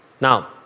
now